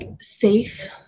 safe